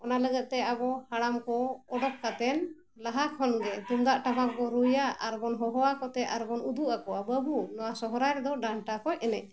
ᱚᱱᱟ ᱞᱟᱹᱜᱤᱫ ᱛᱮ ᱟᱵᱚ ᱦᱟᱲᱟᱢ ᱠᱚ ᱚᱰᱚᱠ ᱠᱟᱛᱮᱫ ᱞᱟᱦᱟ ᱠᱷᱚᱱ ᱜᱮ ᱛᱩᱢᱫᱟᱜ ᱴᱟᱢᱟᱠ ᱵᱚᱱ ᱨᱩᱭᱟ ᱟᱨ ᱵᱚᱱ ᱦᱚᱦᱚᱣᱟ ᱠᱚᱛᱮ ᱟᱨᱵᱚᱱ ᱩᱫᱩᱜ ᱟᱠᱚᱣᱟ ᱵᱟᱹᱵᱩ ᱱᱚᱣᱟ ᱥᱚᱦᱨᱟᱭ ᱨᱮᱫᱚ ᱰᱟᱱᱴᱟ ᱠᱚ ᱮᱱᱮᱡᱼᱟ